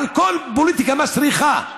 מעל כל פוליטיקה מסריחה.